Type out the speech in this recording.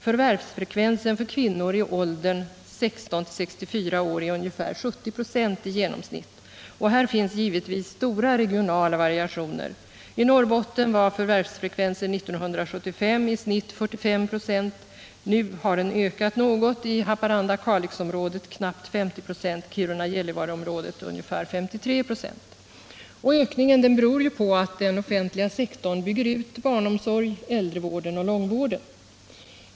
Förvärvsfrekvensen = Nr 24 för kvinnor i åldern 16-64 år är ungefär 70 26 i genomsnitt. Här finns Torsdagen den givetvis stora regionala variationer. I Norrbotten var förvärvsfrekvensen 10 november 1977 1975 i genomsnitt 45 26; nu har den ökat något. I Haparanda Gällivareområdet — Jämställdhetsfrågor ungefär 53 96. m.m. Ökningen beror på att den offentliga sektorn bygger ut barnomsorgen, äldrevården och långvården.